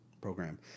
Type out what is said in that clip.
program